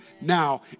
now